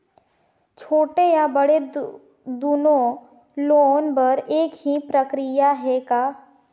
छोटे या बड़े दुनो लोन बर एक ही प्रक्रिया है का?